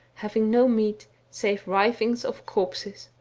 having no meat, save rivings of corpses.